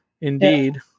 indeed